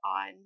on